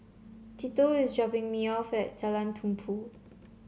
Tito is dropping me off at Jalan Tumpu